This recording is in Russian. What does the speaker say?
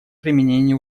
применении